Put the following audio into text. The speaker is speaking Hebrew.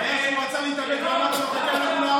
הבעיה שהוא רצה להתאבד ואמרת לו,